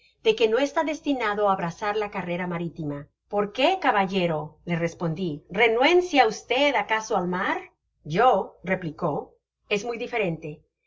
de que no está destinado á abrazar la carrera maritima por qué caballero le respondi renuncia y acaso al mar yo replicó es muy diferente es